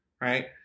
right